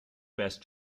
best